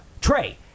Trey